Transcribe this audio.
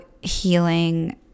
healing